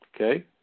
Okay